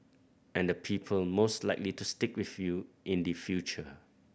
and the people most likely to stick with you in the future